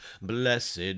blessed